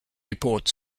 report